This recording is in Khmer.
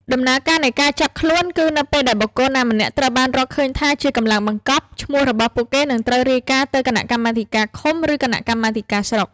ដំណើរការនៃការចាប់ខ្លួនគឺនៅពេលដែលបុគ្គលណាម្នាក់ត្រូវបានរកឃើញថាជា "កម្លាំងបង្កប់" ឈ្មោះរបស់ពួកគេនឹងត្រូវរាយការណ៍ទៅគណៈកម្មាធិការឃុំ ឬគណៈកម្មាធិការស្រុក។